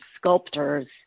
sculptors